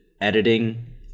editing